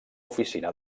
oficina